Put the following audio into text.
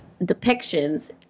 depictions